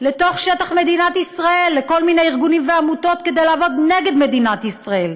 לשטח מדינת ישראל לכל מיני ארגונים ועמותות כדי לעבוד נגד מדינת ישראל.